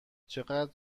چقدر